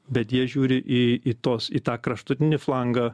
bet jie žiūri į tos į tą kraštutinį flangą